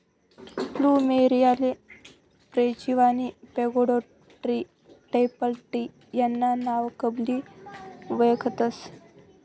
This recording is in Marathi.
फ्लुमेरीयाले frangipani, pagoda tree, temple tree ना नावकनबी वयखतस